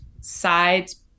sides